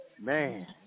Man